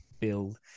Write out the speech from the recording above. build